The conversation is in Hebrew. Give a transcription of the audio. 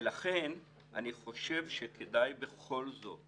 ולכן אני חושב שכדאי בכל זאת